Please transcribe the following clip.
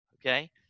Okay